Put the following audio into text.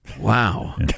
Wow